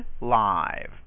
live